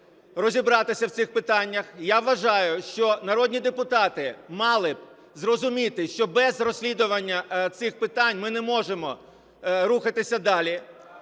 розібратися в цих питаннях. Я вважаю, що народні депутати мали б зрозуміти, що без розслідування цих питань ми не можемо рухатися далі.